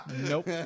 Nope